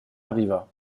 arriva